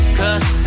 cause